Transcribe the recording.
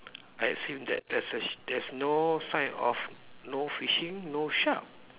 I assume that there's a sh~ there's no sign of no fishing no shark